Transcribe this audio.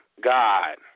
God